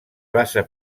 basa